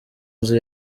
nzu